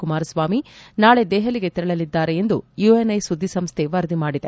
ಕುಮಾರಸ್ವಾಮಿ ನಾಳೆ ದೆಹಲಿಗೆ ತೆರಳಲಿದ್ದಾರೆ ಎಂದು ಯುಎನ್ ಐ ಸುದ್ದಿಸಂಸ್ಥೆ ವರದಿ ಮಾಡಿದೆ